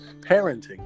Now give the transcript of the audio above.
parenting